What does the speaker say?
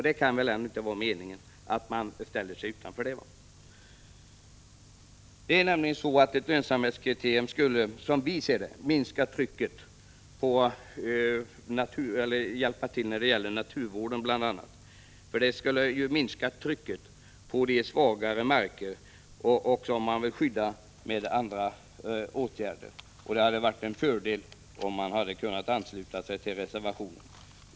Det kan väl ändå inte vara meningen att man ställer sig utanför ett lönsamhetskriterium. Ett sådant skulle, som vi ser det, hjälpa till när det gäller bl.a. naturvården. Det skulle ju minska trycket på de svagare marker som man skyddar med andra åtgärder. Det hade varit en fördel om man hade kunnat ansluta sig till vår reservation.